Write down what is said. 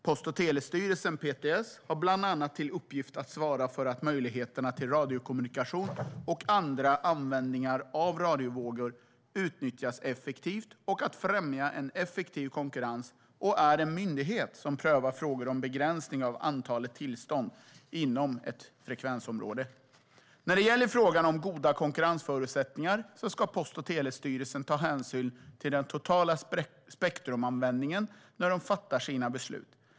Post och telestyrelsen, PTS, har bland annat till uppgift att svara för att möjligheterna till radiokommunikation och andra användningar av radiovågor utnyttjas effektivt och att främja en effektiv konkurrens och är den myndighet som prövar frågor om begränsning av antalet tillstånd inom ett frekvensområde. När det gäller frågan om goda konkurrensförutsättningar ska Post och telestyrelsen ta hänsyn till den totala spektrumanvändningen när de fattar sina beslut.